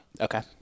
Okay